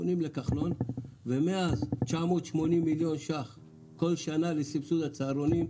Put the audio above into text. פונים לכחלון ומאז 980 מיליון שקל כל שנה לסבסוד הצהרונים,